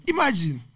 Imagine